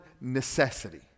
necessity